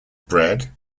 bread